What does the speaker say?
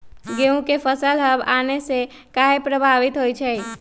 गेंहू के फसल हव आने से काहे पभवित होई छई?